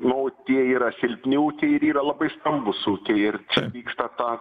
nu tie yra silpniau tie ir yra labai stambūs ūkiai ir čia vyksta ta